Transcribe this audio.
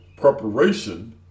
preparation